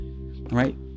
right